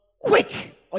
quick